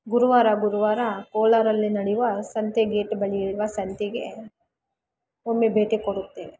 ಗುರುವಾರ ಗುರುವಾರ ಕೋಲಾರಲ್ಲಿ ನಡೆಯುವ ಸಂತೆಗೇಟ್ ಬಳಿ ಇರುವ ಸಂತೆಗೆ ಒಮ್ಮೆ ಭೇಟಿ ಕೊಡುತ್ತೇವೆ